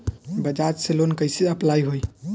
बज़ाज़ से लोन कइसे अप्लाई होई?